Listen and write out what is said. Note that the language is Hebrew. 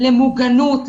למוגנות,